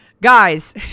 Guys